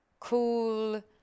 cool